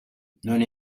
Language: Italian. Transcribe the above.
non